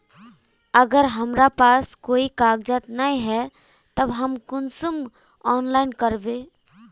अगर हमरा पास कोई कागजात नय है तब हम कुंसम ऑनलाइन करबे?